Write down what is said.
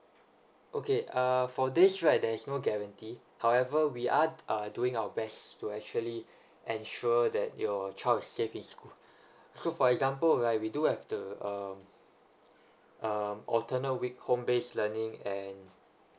okay uh for this right there is no guarantee however we are uh doing our best to actually ensure that your child is safe in school so for example right we do have the um um alternate week home based learning and